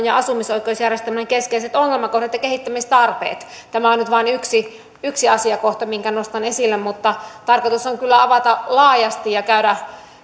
ja asumisoikeusjärjestelmän keskeiset ongelmakohdat ja kehittämistarpeet tämä on nyt vain yksi yksi asiakohta minkä nostan esille mutta tarkoitus on kyllä avata laajasti ja käydä